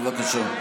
בבקשה.